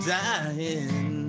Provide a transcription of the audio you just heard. dying